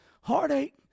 Heartache